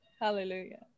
Hallelujah